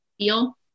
feel